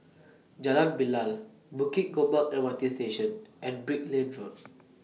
Jalan Bilal Bukit Gombak MRT Station and Brickland Road